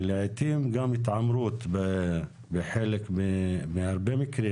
ולעיתים גם התעמרות בהרבה מקרים,